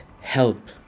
help